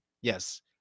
Yes